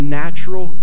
natural